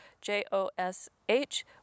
j-o-s-h